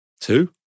two